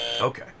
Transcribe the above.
Okay